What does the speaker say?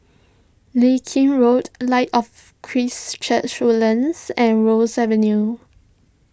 Leng Kee Road Light of Christ Church Woodlands and Ross Avenue